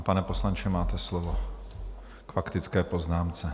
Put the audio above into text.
Pane poslanče, máte slovo k faktické poznámce.